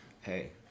Hey